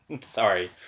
sorry